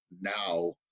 now